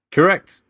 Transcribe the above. Correct